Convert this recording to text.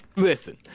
Listen